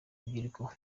urubyiruko